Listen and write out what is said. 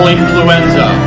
influenza